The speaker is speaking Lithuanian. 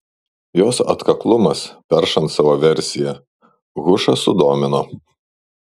jos atkaklumas peršant savo versiją hušą sudomino